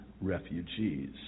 refugees